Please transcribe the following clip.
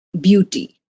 beauty